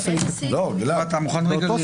זה לא ברור לנו.